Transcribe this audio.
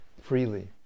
freely